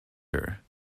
her